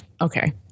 okay